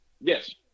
Yes